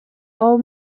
all